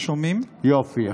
יופי.